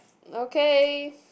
okay